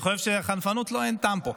אני חושב שלחנפנות, לא, אין טעם פה.